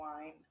wine